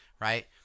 right